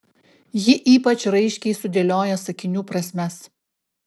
ji ypač raiškiai sudėlioja sakinių prasmes